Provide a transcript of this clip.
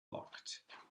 locked